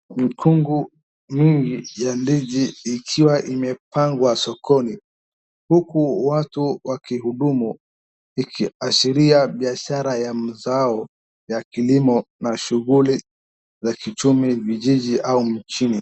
Mikungu mingi ya ndizi ikiwa imepangwa sokoni huku watu wakihudumu ikiashiria biashara ya mazao ya kilimo na shughuli za kiuchumi vijijini au mijini.